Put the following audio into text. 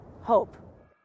Hope